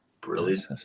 brilliant